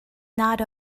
not